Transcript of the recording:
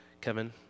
Kevin